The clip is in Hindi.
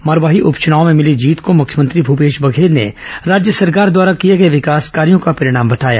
मरवाही उपचुनाव में भिली जीत को मुख्यमंत्री भूपेश बघेल ने राज्य सरकार द्वारा किए गए विकास कार्यो का परिणाम बताया